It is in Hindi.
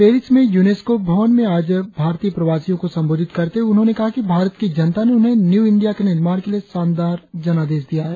पेरिस में यूनेस्कों भवन में आज भारतीय प्रवासियों को संबोधित करते हुए उन्होंने कहा कि भारत की जनता ने उन्हें न्यू इंडिया के निर्माण के लिए शानदार जनादेश दिया है